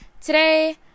today